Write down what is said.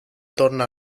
torna